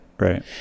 Right